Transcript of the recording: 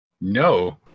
no